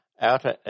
Outer